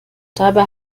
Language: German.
dabei